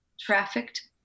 trafficked